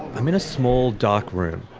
i'm in a small, dark room,